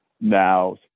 now